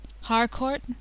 Harcourt